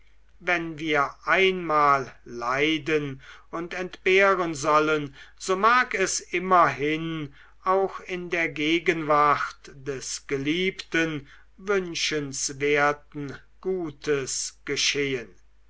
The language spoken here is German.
wenn wir einmal leiden und entbehren sollen so mag es immerhin auch in der gegenwart des geliebten wünschenswerten gutes geschehen